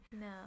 no